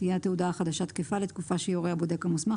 תהיה התעודה החדשה תקפה לתקופה שיורה הבודק המוסמך